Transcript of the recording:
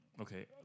okay